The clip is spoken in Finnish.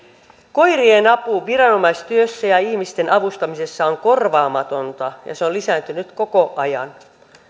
koirien apu viranomaistyössä ja ihmisten avustamisessa on korvaamatonta ja se on lisääntynyt koko ajan